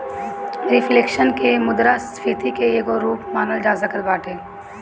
reflection के मुद्रास्फीति के एगो रूप मानल जा सकत बाटे